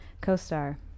co-star